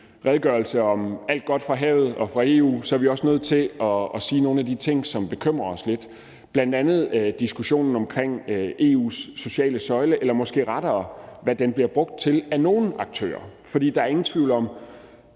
om alt godt fra havet og fra EU er vi også nødt til at sige nogle af de ting, som bekymrer os lidt, bl.a. diskussionen omkring EU's sociale søjle, eller måske rettere hvad den bliver brugt til af nogle aktører, for der er ingen tvivl om,